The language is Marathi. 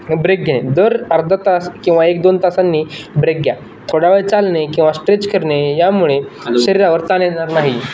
ब्रेक घेणे दर अर्धा तास किंवा एक दोन तासांनी ब्रेक घ्या थोड्या वेळ चालणे किंवा स्ट्रेच करणे यामुळे शरीरावर ताण येणार नाही